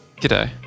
G'day